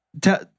Tell